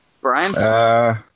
Brian